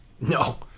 No